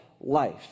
life